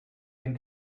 den